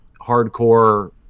hardcore